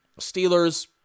Steelers